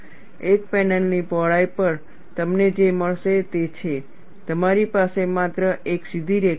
એક પેનલની પહોળાઈ પર તમને જે મળશે તે છે તમારી પાસે માત્ર એક સીધી રેખા હશે